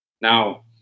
Now